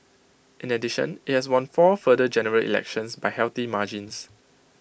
in addition IT has won four further general elections by healthy margins